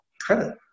credit